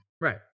right